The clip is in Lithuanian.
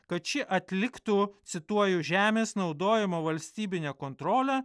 kad ši atliktų cituoju žemės naudojimo valstybinę kontrolę